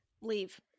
leave